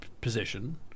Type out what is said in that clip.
position